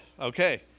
okay